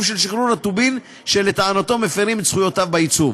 של שחרור הטובין שלטענתו מפרים את זכויותיו בעיצוב.